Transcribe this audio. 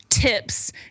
Tips